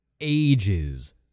ages